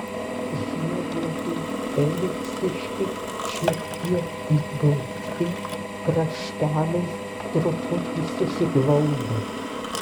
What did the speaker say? žiedlapiai elipsiški šiek tiek įgaubti krašteliais truputį susiglaudę